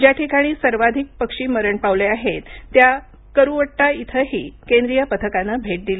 ज्या ठिकाणी सर्वाधिक पक्षी मरण पावले आहेत त्या करुवट्टा इथंही केंद्रीय पथकानं भेट दिली